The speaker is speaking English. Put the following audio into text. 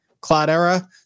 Cloudera